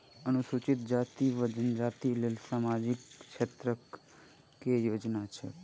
अनुसूचित जाति वा जनजाति लेल सामाजिक क्षेत्रक केँ योजना छैक?